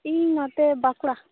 ᱤᱧ ᱱᱚᱛᱮ ᱵᱟᱸᱠᱩᱲᱟ